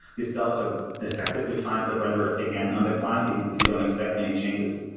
you still have to effectively, clients that render it again on the client, even if you don't expect any changes.